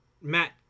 Matt